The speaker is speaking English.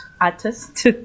artist